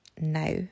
now